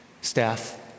staff